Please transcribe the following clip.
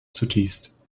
zutiefst